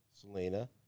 Selena